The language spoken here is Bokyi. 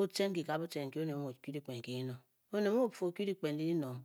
o tcen kika butcen nki oned mu mu o okyu dyikpen nki dinong, oned mu o fii o kyu dyikpen ndi dinong